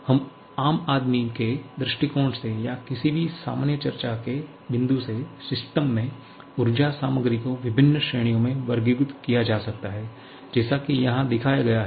एक आम आदमी के दृष्टिकोण से या किसी भी सामान्य चर्चा के बिंदु से सिस्टम में ऊर्जा सामग्री को विभिन्न श्रेणियों में वर्गीकृत किया जा सकता है जैसा कि यहां दिखाया गया है